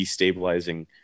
destabilizing